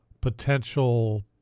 potential